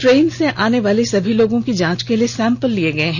train से आनेवाले सभी लोगों की जांच के लिए सैंपल लिये गये हैं